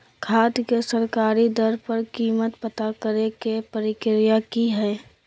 खाद के सरकारी दर पर कीमत पता करे के प्रक्रिया की हय?